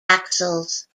axils